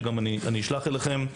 שאני גם אשלח אליכם,